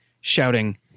shouting